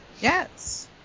Yes